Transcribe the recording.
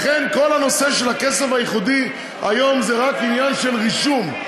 לכן כל הנושא של הכסף הייחודי כיום זה רק עניין של רישום.